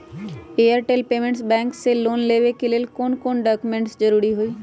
Airtel payments bank से loan लेवे के ले कौन कौन डॉक्यूमेंट जरुरी होइ?